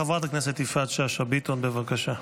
חברת הכנסת יפעת שאשא ביטון, בבקשה,